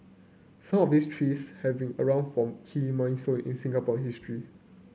some of these trees have been around for key milestone in Singapore history